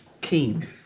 keen